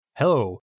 Hello